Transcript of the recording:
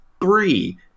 three